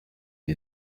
est